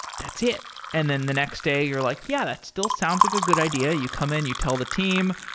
that's it. and then the next day you're like, yeah, that still sounds like a good idea. you come in and you tell the team.